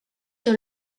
sur